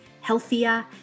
healthier